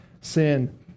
sin